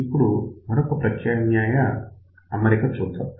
ఇప్పుడు మరొక ప్రత్యామ్నాయ అమరిక చూద్దాం